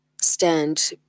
stand